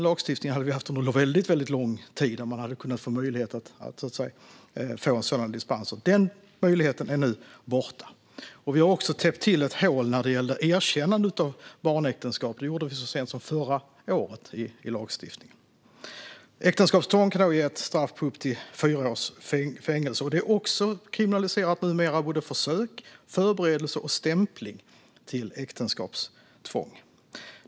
Lagstiftningen som innebar att man kunde få sådana dispenser hade vi haft under väldigt lång tid, men den möjligheten är nu borta. Vi har också täppt till ett hål i lagstiftningen vad gäller erkännandet av barnäktenskap. Det gjorde vi så sent som förra året. Äktenskapstvång kan ge ett straff på upp till fyra års fängelse. Numera är också försök, förberedelse och stämpling till äktenskapstvång kriminaliserat.